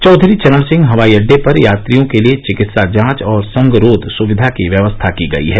चौधरी चरण सिंह हवाई अड्डे पर यात्रियों के लिए चिकित्सा जांच और संगरोध सुविधा की व्यवस्था की गई है